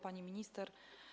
Pani Minister!